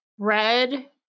Red